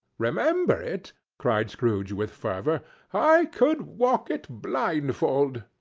remember it! cried scrooge with fervour i could walk it blindfold.